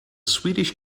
swedish